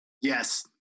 Yes